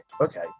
okay